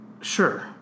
Sure